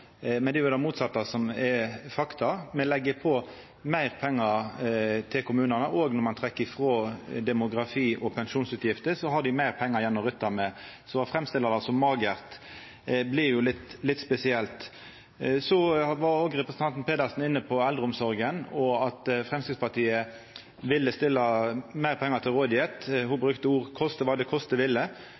men det er det motsette som er fakta. Me legg på meir pengar til kommunane. Òg når ein trekkjer frå demografi- og pensjonsutgifter, har dei meir pengar igjen å rutta med. Å framstilla det som magert, blir litt spesielt. Representanten Pedersen var òg inne på eldreomsorga, og at Framstegspartiet ville stilla meir pengar til rådigheit – ho brukte orda «koste hva det koste ville».